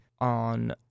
on